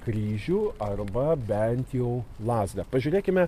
kryžių arba bent jau lazdą pažiūrėkime